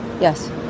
Yes